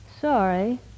Sorry